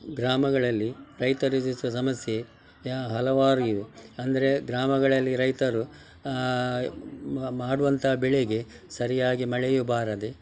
ಗ್ರಾಮಗಳಲ್ಲಿ ರೈತರ ಸಮಸ್ಯೆ ಹಲವಾರು ಇವೆ ಅಂದರೆ ಗ್ರಾಮಗಳಲ್ಲಿ ರೈತರು ಮಾಡುವಂಥ ಬೆಳೆಗೆ ಸರಿಯಾಗಿ ಮಳೆಯೂ ಬಾರದೆ